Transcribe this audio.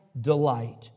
delight